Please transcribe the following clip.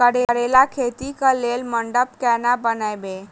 करेला खेती कऽ लेल मंडप केना बनैबे?